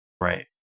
Right